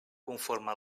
conforme